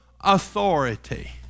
authority